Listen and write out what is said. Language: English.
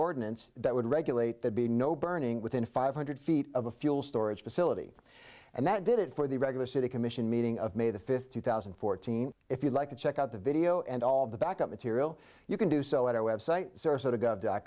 ordinance that would regulate that be no burning within five hundred feet of a fuel storage facility and that did it for the regular city commission meeting of may the fifth two thousand and fourteen if you'd like to check out the video and all of the backup material you can do so at our website